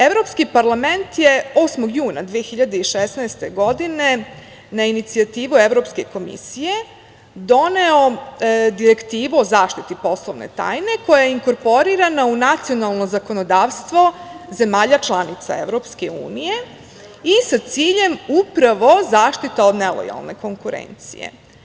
Evropski parlament je 8. juna 2016. godine, na inicijativu Evropske komisije, doneo Direktivu o zaštiti poslovne tajne koja je inkorporirana u nacionalno zakonodavstvo zemalja članica Evropske unije, sa ciljem upravo zaštite od nelojalne konkurencije.